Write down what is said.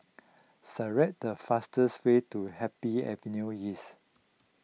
select the fastest way to Happy Avenue East